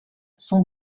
son